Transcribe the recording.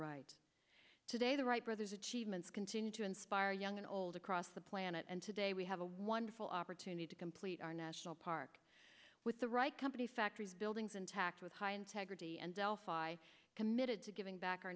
wright today the wright brothers achievements continue to inspire young and old across the planet and today we have a wonderful opportunity to complete our national park with the right company factories buildings intact with high integrity and delphi committed to giving back our